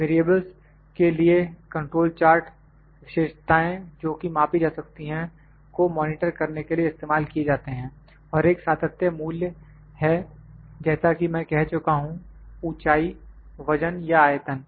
variables के लिए control chart विशेषताएँ जोकि मापी जा सकती हैं को मॉनिटर करने के लिए इस्तेमाल किए जाते हैं और एक सातत्य मूल्य है जैसा कि मैं कह चुका हूं ऊंचाई वजन या आयतन